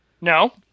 No